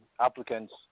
applicants